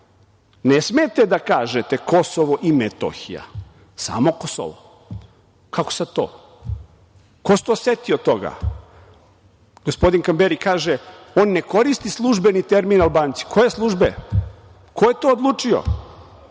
Ne smete da kažete Kosovo i Metohija, samo Kosovo. Kako sada to? Ko se to setio toga? Gospodin Kamberi kaže da on ne koristi službeni termin - Albanci. Koje službe? Ko je to odlučio?U